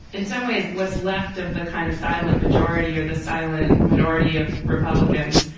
in some ways, what's left of the kind of silent majority or the silent minority of republicans,